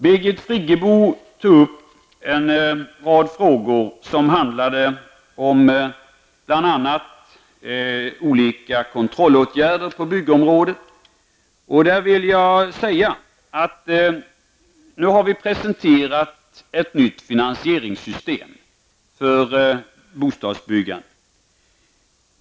Birgit Friggebo tog upp en rad frågor som handlade bl.a. om olika kontrollåtgärder på byggområdet. Regeringen har presenterat ett nytt finansieringssystem för bostadsbyggandet.